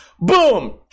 Boom